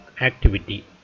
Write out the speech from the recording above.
activity